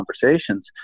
conversations